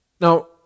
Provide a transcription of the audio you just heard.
Now